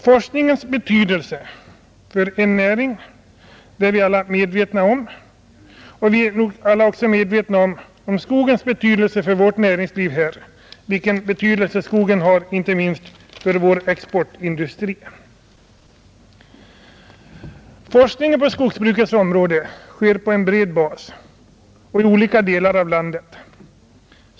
Forskningens betydelse för denna näring är vi alla medvetna om, Vi är också medvetna om skogens betydelse för vårt näringsliv — inte minst för vår exportindustri. Forskningen på skogsbrukets område sker på bred bas och i olika delar av landet.